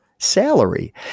Salary